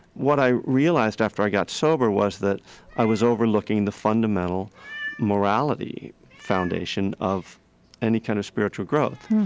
what i realized after i got sober was that i was overlooking the fundamental morality foundation of any kind of spiritual growth.